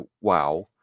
wow